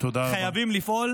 חייבים לפעול.